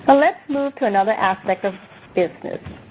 ah let's move to another aspect of business,